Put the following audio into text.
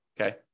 okay